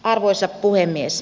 arvoisa puhemies